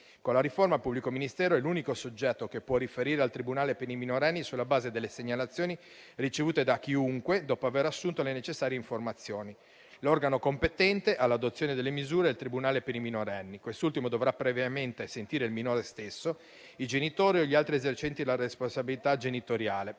Con la riforma il pubblico ministero è l'unico soggetto che può riferire al tribunale per i minorenni sulla base delle segnalazioni ricevute da chiunque, dopo aver assunto le necessarie informazioni. L'organo competente all'adozione delle misure è il tribunale per i minorenni. Quest'ultimo dovrà previamente sentire il minore stesso, i genitori o gli altri esercenti la responsabilità genitoriale.